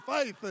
faith